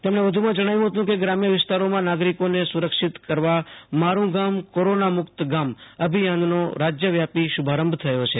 તેમણે વધુમાં જણવ્યું હતું કે ગ્રામ્ય વિસ્તારોમાં નાગરિકોને સુરક્ષિત કરવા મારું ગામ કોરોના મુક્ત ગામ અભિયાનનો રાજ્યવ્યાપી શુભારંભ થયો છે